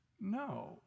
No